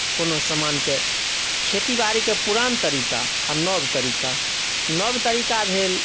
कोनो सामानके खेती बाड़ीके पुरान तरीका आ नव तरीका नव तरीका भेल